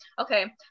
okay